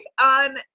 on